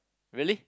really